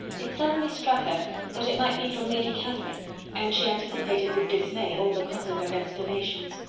it suddenly struck her that it might be from lady catherine and she anticipated with dismay all the consequent explanations.